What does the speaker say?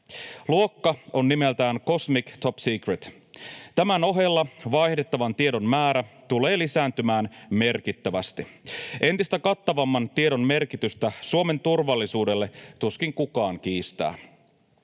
Luokka on nimeltään cosmic top secret. Tämän ohella vaihdettavan tiedon määrä tulee lisääntymään merkittävästi. Entistä kattavamman tiedon merkitystä Suomen turvallisuudelle tuskin kukaan kiistää.